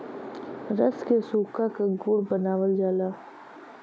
रस के सुखा क गुड़ बनावल जाला